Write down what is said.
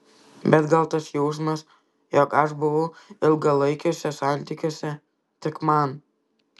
bet gal tas jausmas jog aš buvau ilgalaikiuose santykiuose tik man